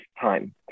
time